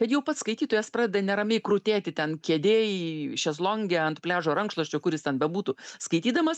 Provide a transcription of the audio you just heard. kad jau pats skaitytojas pradeda neramiai krutėti ten kėdėj šezlonge ant pliažo rankšluosčio kur jis ten bebūtų skaitydamas